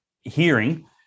hearing